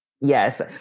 Yes